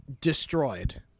destroyed